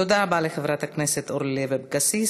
תודה רבה לחברת הכנסת אורלי לוי אבקסיס.